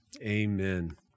Amen